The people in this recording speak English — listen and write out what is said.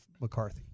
McCarthy